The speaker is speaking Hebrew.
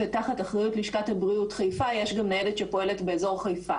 ותחת אחריות לשכת הבריאות חיפה יש גם ניידת שפועלת באזור חיפה.